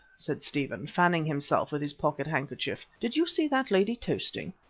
said stephen, fanning himself with his pocket-handkerchief, did you see that lady toasting?